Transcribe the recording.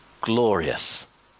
glorious